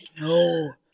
No